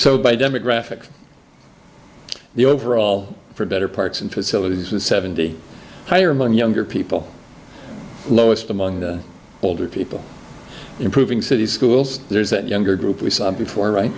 so by demographics the overall for better parts and facilities was seventy higher among younger people lowest among older people improving city schools there's that younger group we saw before right